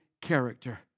character